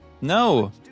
No